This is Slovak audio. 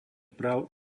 práv